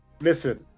Listen